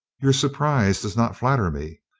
your surprise does not flatter me,